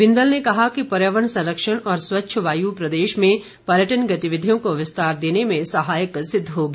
बिंदल ने कहा कि पर्यावरण संरक्षण और स्वच्छ वायु प्रदेश में पर्यटन गतिविधियों को विस्तार देने में सहायक सिद्ध होगी